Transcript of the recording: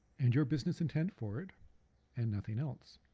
and your business intent for it and nothing else.